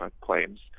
claims